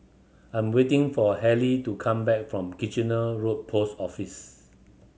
I'm waiting for Halley to come back from Kitchener Road Post Office